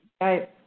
Right